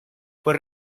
fue